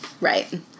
Right